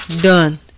Done